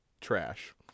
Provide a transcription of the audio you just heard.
trash